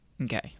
Okay